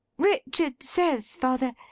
richard says, father